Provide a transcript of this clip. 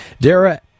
Dara